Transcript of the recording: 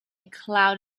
cloud